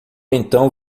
então